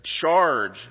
charge